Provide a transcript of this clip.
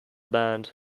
band